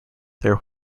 there